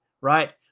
right